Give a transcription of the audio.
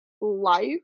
life